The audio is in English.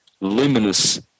luminous